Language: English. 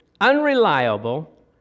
unreliable